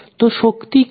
তো শক্তি কি